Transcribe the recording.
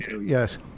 Yes